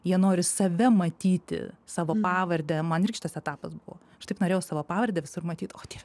jie nori save matyti savo pavardę man ir gi šitas etapas buvo aš taip norėjau savo pavardę visur matyti o dieve